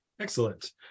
Excellent